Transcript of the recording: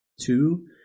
two